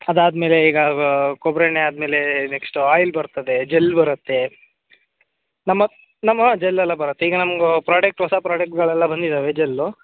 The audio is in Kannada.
ಅದಾದ ಮೇಲೆ ಈಗ ಕೊಬ್ಬರಿ ಎಣ್ಣೆ ಆದ ಮೇಲೆ ನೆಕ್ಸ್ಟು ಆಯಿಲ್ ಬರ್ತದೆ ಜೆಲ್ ಬರುತ್ತೆ ನಮ್ಮ ನಮ್ಮ ಹಾಂ ಜೆಲ್ಲೆಲ್ಲ ಬರುತ್ತೆ ಈಗ ನಮ್ಗೆ ಪ್ರಾಡಕ್ಟ್ ಹೊಸ ಪ್ರಾಡಕ್ಟ್ಗಳೆಲ್ಲ ಬಂದಿದ್ದಾವೆ ಜೆಲ್ಲು